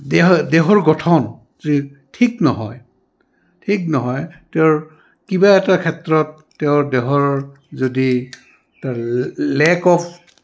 দেহ দেহৰ গঠন ঠিক নহয় ঠিক নহয় তেওঁৰ কিবা এটা ক্ষেত্ৰত তেওঁৰ দেহৰ যদি তাৰ লেক অফ